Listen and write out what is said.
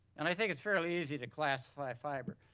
and i think it's fairly easy to classify a fiber.